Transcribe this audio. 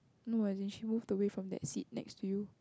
no as in she moved away from that seat next to you